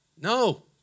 No